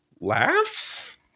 laughs